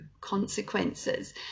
consequences